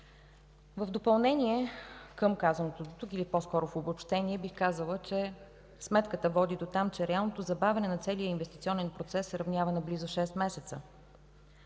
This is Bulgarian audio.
В допълнение към казаното дотук, или по-скоро в обобщение, бих казала, че сметката води дотам, че реалното забавяне на целия инвестиционен процес се равнява на близо шест месеца.